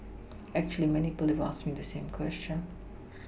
actually many people have asked me the same question